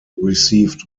received